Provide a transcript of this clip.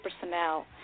personnel